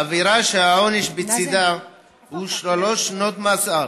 עבירה שהעונש בצידה הוא שלוש שנות מאסר,